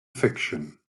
fiction